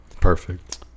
Perfect